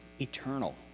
eternal